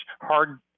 hard